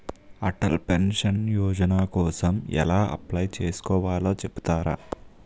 Atal pension Yojana కోసం ఎలా apply చేసుకోవాలో చెపుతారా?